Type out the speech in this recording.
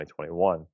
2021